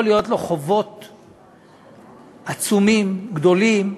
יכולים להיות לו חובות עצומים, גדולים,